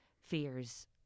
fears